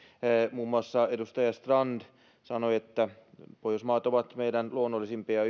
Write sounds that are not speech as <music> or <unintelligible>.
muun muassa edustaja strand sanoi että pohjoismaat ovat meidän luonnollisimpia <unintelligible>